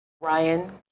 Ryan